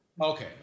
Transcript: Okay